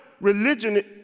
religion